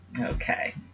okay